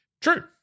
True